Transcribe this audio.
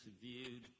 viewed